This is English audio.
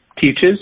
teaches